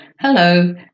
Hello